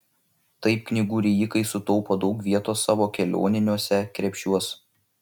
taip knygų rijikai sutaupo daug vietos savo kelioniniuose krepšiuos